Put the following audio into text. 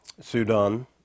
Sudan